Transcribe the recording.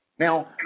Now